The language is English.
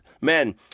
Men